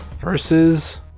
versus